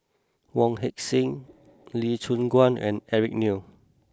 Wong Heck Sing Lee Choon Guan and Eric Neo